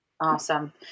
awesome